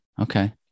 Okay